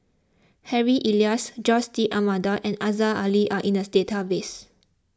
Harry Elias Jose D'Almeida and Aziza Ali are in the database